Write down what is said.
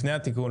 לפני התיקון,